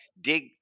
dig